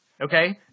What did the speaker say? Okay